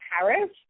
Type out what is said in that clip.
paris